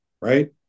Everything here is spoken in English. right